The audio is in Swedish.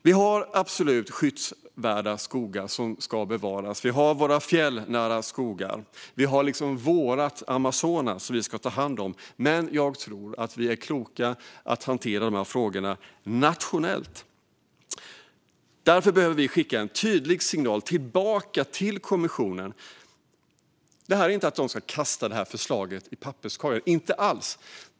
Vi har absolut skyddsvärda skogar som ska bevaras. Vi har våra fjällnära skogar. Vi har vårt Amazonas som vi ska ta hand om. Men jag tror att vi är kloka om vi hanterar de här frågorna nationellt. Därför behöver vi skicka en tydlig signal tillbaka till kommissionen. Det handlar inte om att de ska kasta det här förslaget i papperskorgen, inte alls.